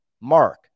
mark